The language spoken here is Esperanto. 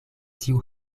tiu